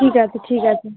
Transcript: ঠিক আছে ঠিক আছে